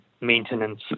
maintenance